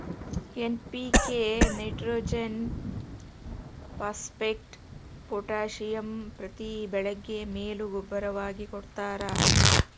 NPK nitrogen phosphate potassium ಪ್ರತಿ ಬೆಳೆಗೆ ಮೇಲು ಗೂಬ್ಬರವಾಗಿ ಕೊಡ್ತಾರ